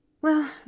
Well